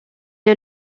est